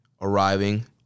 arriving